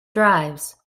drives